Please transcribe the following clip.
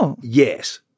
Yes